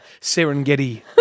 Serengeti